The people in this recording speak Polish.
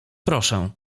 proszę